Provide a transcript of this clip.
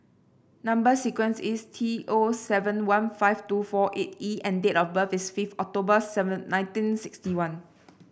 number sequence is T O seven one five two four eight E and date of birth is fifth October seven nineteen sixty one